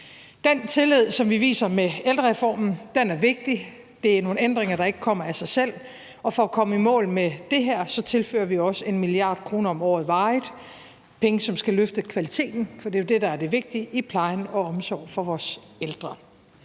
Den tillid, vi viser med ældrereformen, er vigtig. Det er nogle ændringer, der ikke kommer af sig selv, og for at komme i mål med det her tilfører vi også 1 mia. kr. om året varigt. Det er penge, der skal løfte kvaliteten, for det er jo det, der er det vigtige i plejen og omsorgen for vores ældre.